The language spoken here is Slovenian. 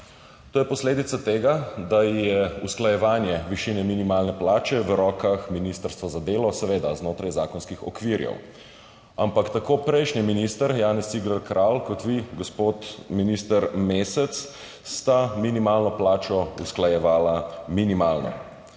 To je posledica tega, da je usklajevanje višine minimalne plače v rokah ministrstva za delo, seveda znotraj zakonskih okvirov. Ampak tako prejšnji minister Janez Cigler Kralj kot vi, minister gospod Mesec, sta minimalno plačo usklajevala minimalno.